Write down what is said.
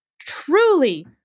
truly